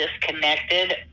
disconnected